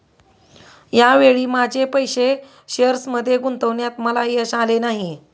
या वेळी माझे पैसे शेअर्समध्ये गुंतवण्यात मला यश आले नाही